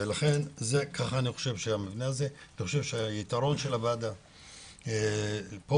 אני חושב שהיתרון של הוועדה פה,